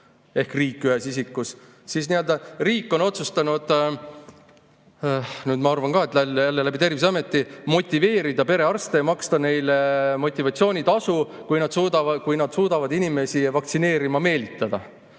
ehk riik ühes isikus. Riik on otsustanud – ma arvan, et jälle läbi Terviseameti – motiveerida perearste ja maksta neile motivatsioonitasu, kui nad suudavad inimesi vaktsineerima meelitada.